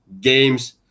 games